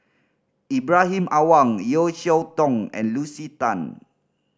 Ibrahim Awang Yeo Cheow Tong and Lucy Tan